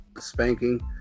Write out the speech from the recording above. spanking